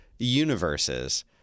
universes